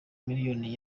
miliyoni